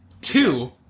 Two